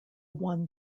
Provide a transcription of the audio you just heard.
won